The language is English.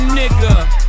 nigga